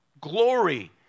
Glory